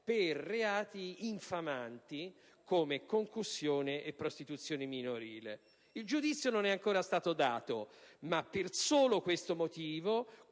per reati infamanti come concussione e prostituzione minorile. Il giudizio non è ancora stato dato, ma per questo solo